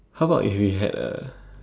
how about if you had a